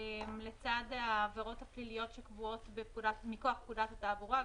לצד העבירות הפליליות שקבועות מכוח פקודת התעבורה,